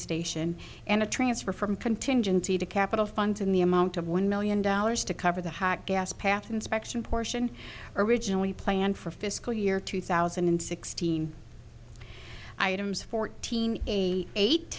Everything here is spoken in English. station and a transfer from contingency to capital funds in the amount of one million dollars to cover the hot gas path inspection portion originally planned for fiscal year two thousand and sixteen items fourteen eight